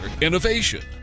innovation